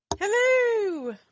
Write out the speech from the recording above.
Hello